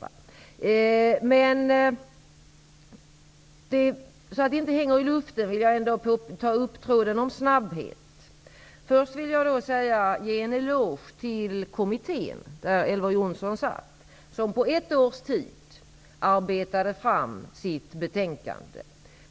För att inget skall lämnas hängande i luften vill jag också ta upp tråden om snabbheten. Först vill jag ge en eloge till den kommitté där Elver Jonsson medverkade. På ett års tid arbetade den fram sitt